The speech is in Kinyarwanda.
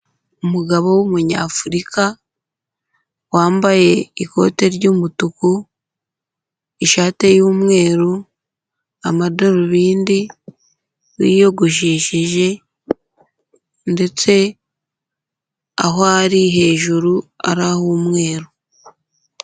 Umugabo w'umunyafurika wambaye ikote ry'umutuku, ishate y'umweru, amadarubindi, wiyogoshesheje ndetse aho ari hejuru ari ah'umweru.